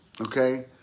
okay